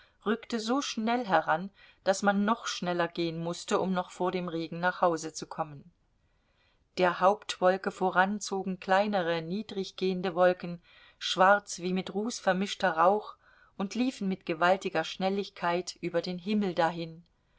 rückte so schnell heran daß man noch schneller gehen mußte um noch vor dem regen nach hause zu kommen der hauptwolke voran zogen kleinere niedrig gehende wolken schwarz wie mit ruß vermischter rauch und liefen mit gewaltiger schnelligkeit über den himmel dahin